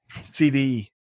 CD